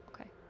Okay